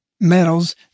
metals